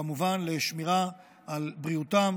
כמובן לשמירה על בריאותם